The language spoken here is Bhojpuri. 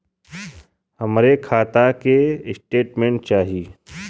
हमरे खाता के स्टेटमेंट चाही?